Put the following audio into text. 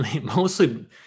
mostly